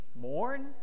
Mourn